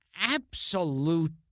absolute